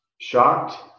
shocked